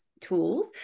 tools